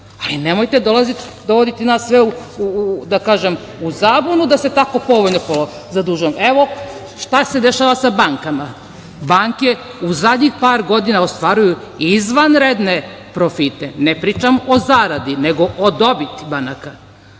Ali nemojte dovoditi nas sve u zabunu da se tako povoljno zadužujemo. Evo šta se dešava sa bankama. Banke u zadnjih par godina ostvaruju izvanredne profite. Ne pričam o zaradi, nego o dobiti banaka.